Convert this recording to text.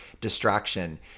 distraction